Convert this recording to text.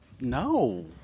no